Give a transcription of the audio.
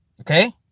Okay